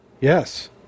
Yes